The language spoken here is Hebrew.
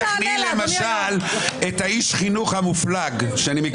היא מקריאה את מספרי ההסתייגויות כפי שביקשתם.